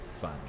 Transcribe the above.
fun